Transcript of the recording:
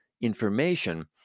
information